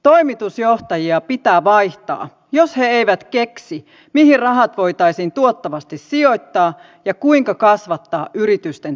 toimitusjohtajia pitää vaihtaa jos he eivät keksi mihin rahat voitaisiin tuottavasti sijoittaa ja kuinka kasvattaa yritysten toimintaa